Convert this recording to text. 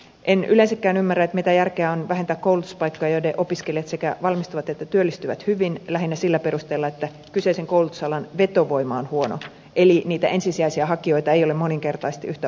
en yleensäkään ymmärrä mitä järkeä on vähentää koulutuspaikkoja joiden opiskelijat sekä valmistuvat että työllistyvät hyvin lähinnä sillä perusteella että kyseisen koulutusalan vetovoima on huono eli niitä ensisijaisia hakijoita ei ole moninkertaisesti yhtä opiskelupaikkaa kohden